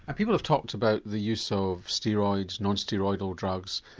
ah people have talked about the use of steroids, non-steroidal drugs,